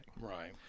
right